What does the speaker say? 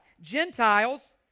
Gentiles